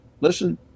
Listen